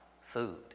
food